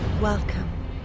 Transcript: Welcome